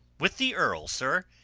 with the earl, sir,